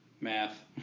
Math